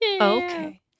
Okay